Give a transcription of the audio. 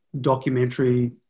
documentary